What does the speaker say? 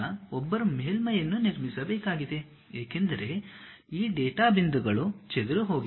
ಈಗ ಒಬ್ಬರು ಮೇಲ್ಮೈಯನ್ನು ನಿರ್ಮಿಸಬೇಕಾಗಿದೆ ಏಕೆಂದರೆ ಈ ಡೇಟಾ ಬಿಂದುಗಳು ಚದುರಿಹೋಗಿವೆ